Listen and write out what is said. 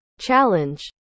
Challenge